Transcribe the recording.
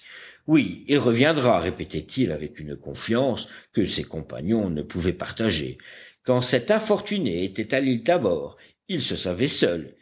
oui il reviendra répétait-il avec une confiance que ses compagnons ne pouvaient partager quand cet infortuné était à l'île tabor il se savait seul